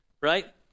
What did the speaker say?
Right